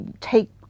take